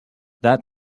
that